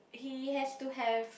he has to have